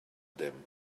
them